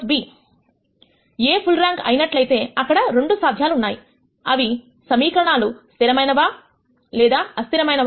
A full rank అట్లయితే అక్కడ 2 సాధ్యాలుఉన్నాయి అవి సమీకరణాలు స్థిరమైనవా లేదా అస్థిరమైనవా అని